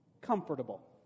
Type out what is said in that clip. comfortable